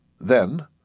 Then